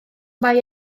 mae